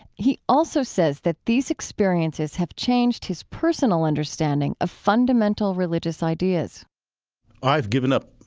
he also says that these experiences have changed his personal understanding of fundamental religious ideas i've given up